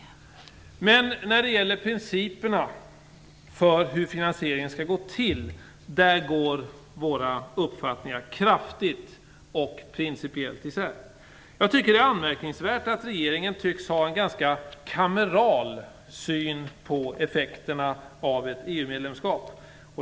Men när det gäller principerna för hur finansieringen skall gå till går våra uppfattningar kraftigt och principiellt isär. Jag tycker det är anmärkningsvärt att regeringen tycks ha en tämligen kameral syn på effekterna av ett EU-medlemskap.